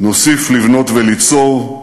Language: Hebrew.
נוסיף לבנות וליצור,